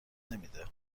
نمیده